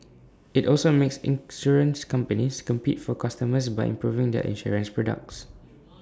IT also makes insurance companies compete for customers by improving their insurance products